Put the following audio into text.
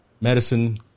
medicine